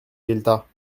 gueltas